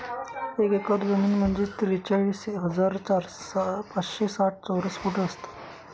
एक एकर जमीन म्हणजे त्रेचाळीस हजार पाचशे साठ चौरस फूट असतात